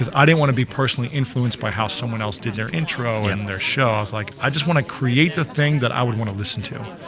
i didn't want to be personally influenced by how someone else did their intro and their show. i was like i just want to create the thing that i would want to listen to.